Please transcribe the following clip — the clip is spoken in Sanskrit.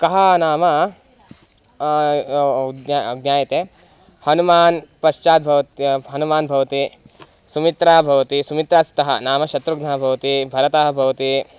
कः नाम ज्ञा ज्ञायते हनुमान् पश्चात् भवति हनूमान् भवति सुमित्रा भवति सुमित्रास्तः नाम शत्रुघ्नः भवति भरतः भवति